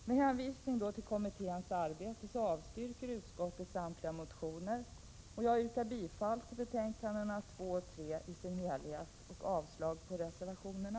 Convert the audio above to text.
Med hänvisning till kommitténs arbete avstyrker utskottet samtliga motioner. Jag yrkar bifall till hemställan i betänkandena 2 och 3 och avslag på reservationerna.